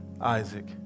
Isaac